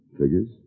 Figures